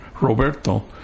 Roberto